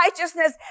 righteousness